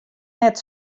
net